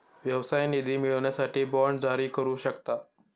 व्यवसाय निधी मिळवण्यासाठी बाँड जारी करू शकता